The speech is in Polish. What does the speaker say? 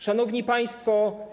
Szanowni Państwo!